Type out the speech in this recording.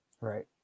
right